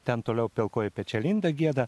ten toliau pilkoji pečialinda gieda